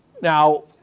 Now